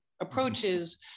approaches